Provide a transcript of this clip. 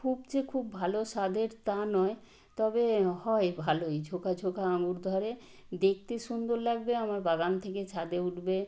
খুব যে খুব ভালো স্বাদের তা নয় তবে হয় ভালোই ঝোঁকা ঝোঁকা আঙুর ধরে দেখতে সুন্দর লাগবে আমার বাগান থেকে ছাদে উঠবে